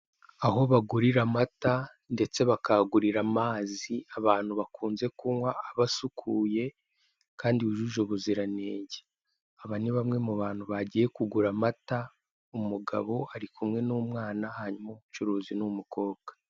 Aho bagurira amata ndetse bakahagurira amazi abantu bakunze kunywa, aba asukuye kandi yujuje ubuziranenge, Aba ni bamwe mu bantu bagiye kugura amata, umugabo ari kumwe n'umwana; hanyuma umucuruzi ni umukobwa.